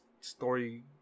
story